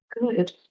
Good